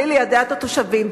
בלי ליידע את התושבים,